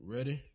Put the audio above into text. Ready